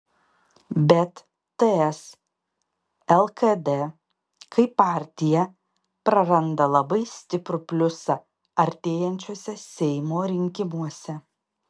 bet ts lkd kaip partija praranda labai stiprų pliusą artėjančiuose seimo rinkimuose